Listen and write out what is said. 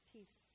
Peace